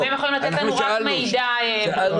הם יכולים לתת לנו רק מידע בריאותי.